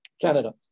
Canada